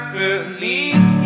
believe